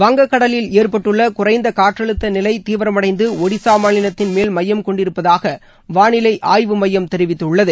வங்க கடலில் ஏற்பட்டுள்ள குறைந்த காற்றழுத்த நிலை தீவிரமடைந்து ஒடிசா மாநிலத்தின் மேல் மையம் கொண்டிருப்பதாக வானிலை ஆய்வு மையம் தெரிவித்துள்ளது